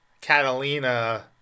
Catalina